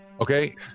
Okay